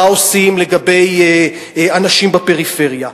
מה עושים לגבי אנשים בפריפריה.